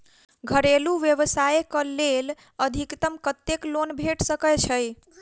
घरेलू व्यवसाय कऽ लेल अधिकतम कत्तेक लोन भेट सकय छई?